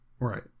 Right